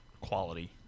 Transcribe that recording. quality